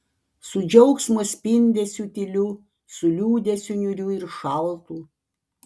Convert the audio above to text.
su džiaugsmo spindesiu tyliu su liūdesiu niūriu ir šaltu